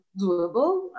doable